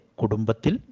kudumbatil